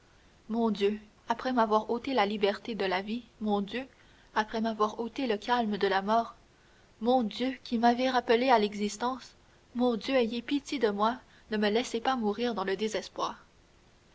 mon dieu après m'avoir ôté la liberté de la vie mon dieu après m'avoir ôté le calme de la mort mon dieu qui m'avez rappelé à l'existence mon dieu ayez pitié de moi ne me laissez pas mourir dans le désespoir